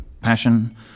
passion